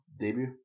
debut